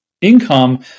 income